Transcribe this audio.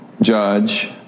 Judge